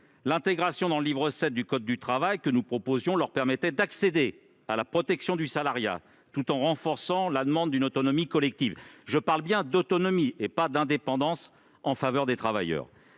L'intégration dans le livre VII du code du travail que nous proposions leur permettait d'accéder à la protection du salariat, tout en renforçant la demande d'une autonomie collective- je parle bien d'autonomie, et non d'indépendance -des travailleurs.